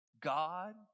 God